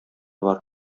бар